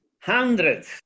hundreds